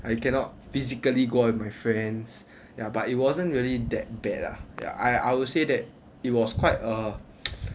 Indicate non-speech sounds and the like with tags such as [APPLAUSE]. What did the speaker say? I cannot physically go out with my friends ya but it wasn't really that bad lah ya I would say that it was quite a [NOISE]